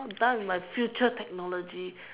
not done with my future technology